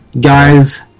Guys